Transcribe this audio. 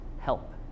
help